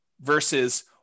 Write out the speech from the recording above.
versus